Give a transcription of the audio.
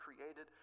created